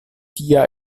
tia